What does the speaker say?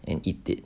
and eat it